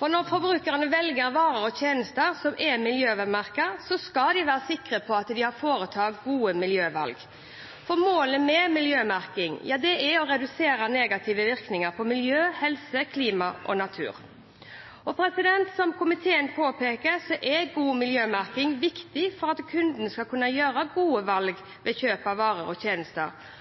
Når forbrukerne velger varer og tjenester som er miljømerket, skal de være sikre på at de foretar gode miljøvalg. Målet med miljømerking er å redusere negative virkninger på miljø, helse, klima og natur. Som komiteen påpeker, er god miljømerking viktig for at kundene skal kunne gjøre gode valg ved kjøp av varer og tjenester,